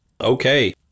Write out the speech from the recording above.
Okay